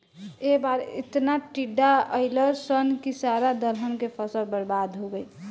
ए बार एतना टिड्डा अईलन सन की सारा दलहन के फसल बर्बाद हो गईल